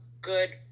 good